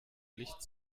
licht